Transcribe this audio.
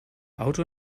auto